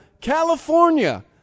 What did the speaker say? California